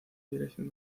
dirección